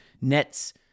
Nets